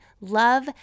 love